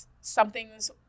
something's